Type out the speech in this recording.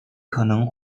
可能